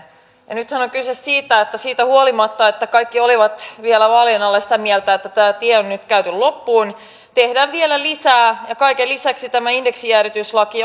nythän on kyse siitä että siitä huolimatta että kaikki olivat vielä vaalien alla sitä mieltä että tämä tie on nyt käyty loppuun niin tehdään vielä lisää kaiken lisäksi tämä indeksijäädytyslaki